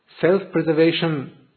self-preservation